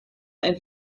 ein